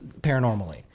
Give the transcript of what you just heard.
paranormally